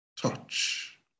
Touch